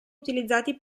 utilizzati